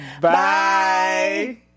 Bye